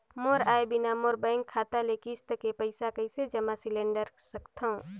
मोर आय बिना मोर बैंक खाता ले किस्त के पईसा कइसे जमा सिलेंडर सकथव?